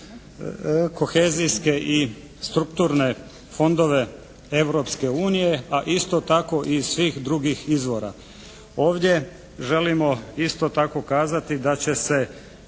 kohezijske i strukturne fondove Europske unije. A isto tako i svih drugih izvora. Ovdje želimo isto tako kazati da će se